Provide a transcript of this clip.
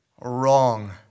Wrong